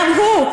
גם הוא,